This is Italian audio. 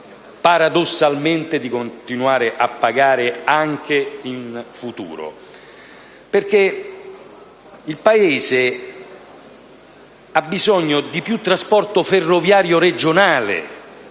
paradossalmente, di continuare a pagare anche in futuro. Il Paese, infatti, ha bisogno di più trasporto ferroviario regionale,